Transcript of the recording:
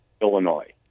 Illinois